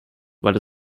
weil